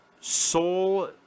soul